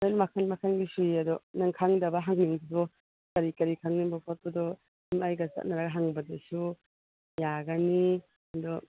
ꯂꯣꯏꯅ ꯃꯈꯜ ꯃꯈꯜꯒꯤ ꯁꯨꯏ ꯑꯗꯣ ꯅꯪ ꯈꯪꯗꯕ ꯍꯪꯅꯤꯡꯕꯗꯣ ꯀꯔꯤ ꯀꯔꯤ ꯈꯪꯅꯤꯡꯕ ꯈꯣꯠꯄꯗꯣ ꯁꯨꯝ ꯑꯩꯒ ꯆꯠꯅꯔꯒ ꯍꯪꯕꯗꯨꯁꯨ ꯌꯥꯒꯅꯤ ꯑꯗꯣ